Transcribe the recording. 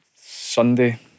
Sunday